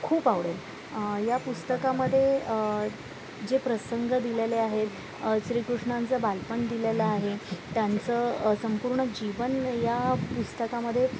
खूप आवडेल या पुस्तकामध्ये जे प्रसंग दिलेले आहेत श्रीकृष्णांचं बालपण दिलेलं आहे त्यांचं संपूर्ण जीवन या पुस्तकामध्ये